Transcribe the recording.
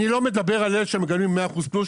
לא בא בטענות כלפי אלה שמקבלים 100% נכות,